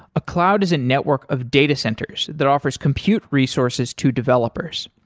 a cloud is a network of data centers that offers compute resources to developers.